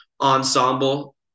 ensemble